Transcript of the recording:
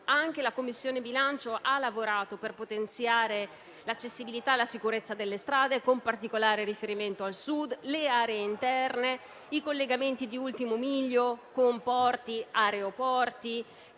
anche la Commissione bilancio ha lavorato per potenziare l'accessibilità e la sicurezza delle strade con particolare riferimento al Sud, alle aree interne, ai collegamenti di "ultimo miglio" con porti e aeroporti,